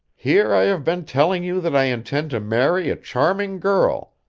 here i have been telling you that i intend to marry a charming girl,